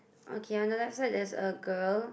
okay on the left side there's a girl